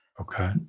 Okay